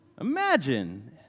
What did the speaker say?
Imagine